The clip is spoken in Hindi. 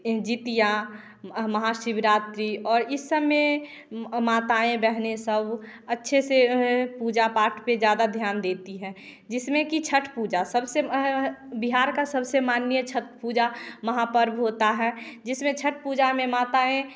जितिया महाशिवरात्रि और इस समय माताएँ बहनें सब अच्छे से पूजा पाठ पे ज़्यादा ध्यान देती है जिसमें की छठ पूजा सबसे बिहार का सबसे माननीय छठ पूजा महापर्व होता है जिसमें छठ पूजा में माताएँ